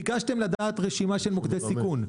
ביקשתם לדעת רשימה של מוקדי סיכון.